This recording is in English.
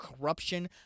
corruption